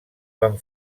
van